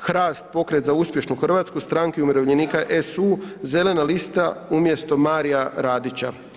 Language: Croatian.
HRAST, Pokret za uspješnu Hrvatsku, Stranke umirovljenika, SU, Zelena lista umjesto Marija Radića.